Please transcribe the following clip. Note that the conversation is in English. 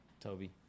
Toby